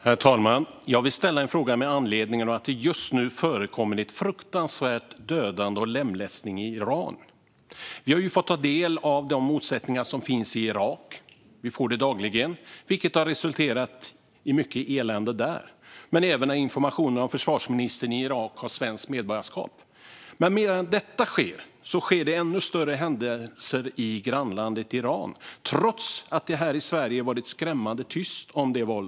Herr talman! Jag vill ställa en fråga med anledning av att det just nu pågår fruktansvärt dödande och lemlästning i Iran. Vi får dagligen ta del av information om motsättningarna i Irak, vilka resulterat i mycket elände där. Vi har även fått information om att försvarsministern i Irak har svenskt medborgarskap. Medan detta sker är det ännu större händelser som pågår i grannlandet Iran, trots att det här i Sverige varit skrämmande tyst om våldet där.